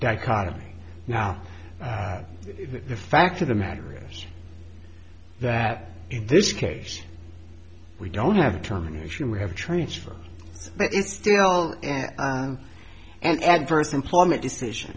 dichotomy now the fact of the matter is that in this case we don't have terminations we have transfer but it's still an adverse employment decision